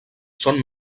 són